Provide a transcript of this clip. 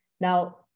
Now